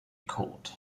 caught